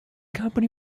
company